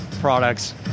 products